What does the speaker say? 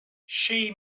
she